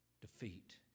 defeat